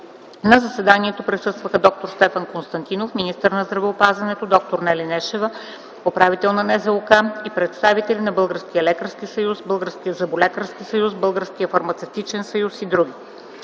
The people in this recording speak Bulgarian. На заседанието присъстваха д-р Стефан Константинов – министър на здравеопазването, д-р Нели Нешева – управител на НЗОК, и представители на Българския лекарски съюз, Българския зъболекарски съюз, Българския фармацевтичен съюз и др.